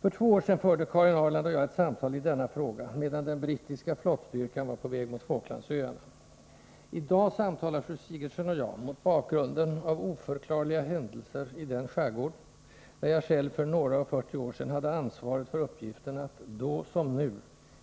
För två år sedan förde Karin Ahrland och jag ett samtal i denna fråga, medan den brittiska flottstyrkan var på väg mot Falklandsöarna. I dag samtalar fru Sigurdsen och jag mot bakgrunden av oförklarliga händelser i den skärgård där jag själv för några och fyrtio år sedan hade ansvaret för uppgiften att — då som nu